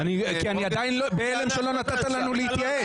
אני לא הבנתי שהייתה התייעצות.